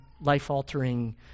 life-altering